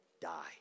die